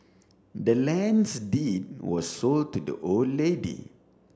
the land's deed was sold to the old lady